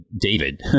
David